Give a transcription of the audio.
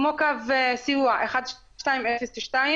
כמו קו הסיוע 1202,